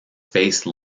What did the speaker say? face